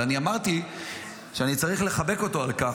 אבל אני אמרתי שאני צריך לחבק אותו על כך